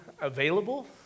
available